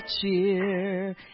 cheer